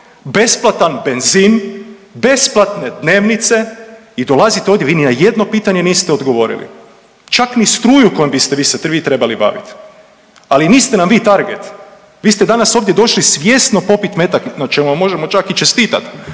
besplatan benzin, besplatne dnevnice i dolazite ovdje, vi ni na jedno pitanje niste odgovorili, čak ni struju kojom biste vi se trebali baviti, ali niste nam vi target, vi ste danas ovdje došli svjesno popit metak na čemu vam možemo čak i čestitat,